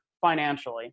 financially